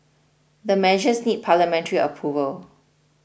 the measures need parliamentary approval